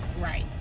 Right